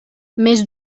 més